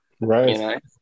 Right